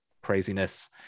craziness